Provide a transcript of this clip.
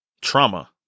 trauma